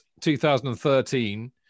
2013